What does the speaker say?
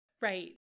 Right